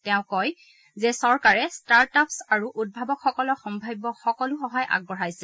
তেওঁ কয় যে চৰকাৰে ষ্টাৰ্টআপছ আৰু উদ্ভাৱকসকলক সাম্ভাব্য সকলো সহায় আগবঢ়াইছে